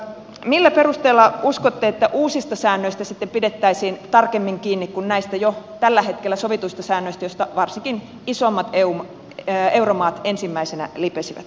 millä perusteella uskotte että uusista säännöistä sitten pidettäisiin tarkemmin kiinni kuin näistä jo tällä hetkellä sovituista säännöistä joista varsinkin isommat euromaat ensimmäisenä lipesivät